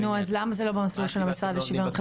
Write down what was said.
נו אז למה זה לא במסלול של המשרד לשוויון חברתי?